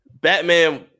batman